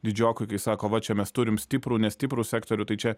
didžiokui kai sako va čia mes turim stiprų nestiprų sektorių tai čia